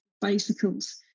bicycles